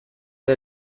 der